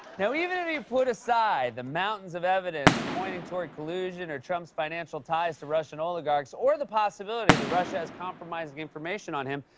now, even if we put aside the mountains of evidence pointing toward collusion or trump's financial ties to russian oligarchs or the possibility that russia has compromising information on him,